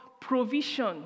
provision